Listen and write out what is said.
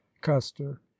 custer